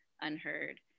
unheard